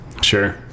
Sure